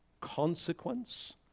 consequence